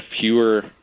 fewer